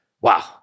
wow